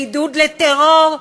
בעידוד לטרור,